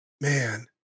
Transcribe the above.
man